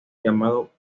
llamado